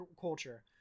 culture